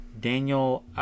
Daniel